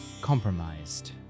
compromised